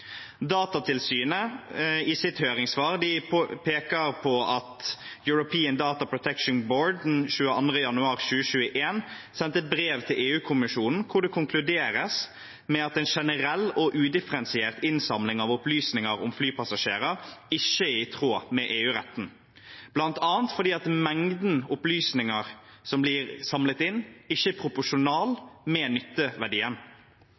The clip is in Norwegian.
Datatilsynet peker i sitt høringssvar på at European Data Protection Board den 22. januar 2021 sendte et brev til EU-kommisjonen hvor det konkluderes med at en generell og udifferensiert innsamling av opplysninger om flypassasjerer ikke er i tråd med EU-retten, bl.a. fordi mengden opplysninger som blir samlet inn, ikke er